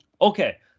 Okay